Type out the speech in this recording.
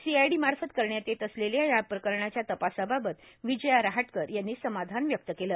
सीआयडीमार्फत करण्यात येत असलेल्या या प्रकरणाच्या तपासाबाबत विजया रहाटकर यांनी समाधान व्यक्त केलं